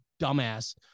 dumbass